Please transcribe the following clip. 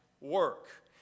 work